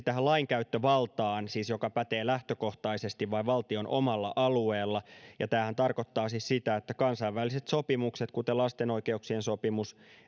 tähän lainkäyttövaltaan joka pätee lähtökohtaisesti vain valtion omalla alueella tämähän tarkoittaa siis sitä että kansainväliset sopimukset kuten lasten oikeuksien sopimus